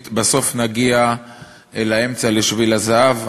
תקשורתית, בסוף נגיע לאמצע, לשביל הזהב.